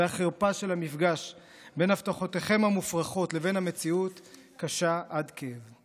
והחרפה של המפגש בין הבטחותיכם המופרכות לבין המציאות קשה עד כאב.